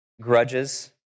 grudges